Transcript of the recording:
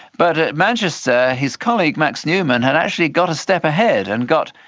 but at manchester his colleague max newman had actually got a step ahead and got.